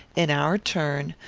in our turn,